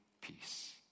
peace